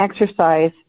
exercise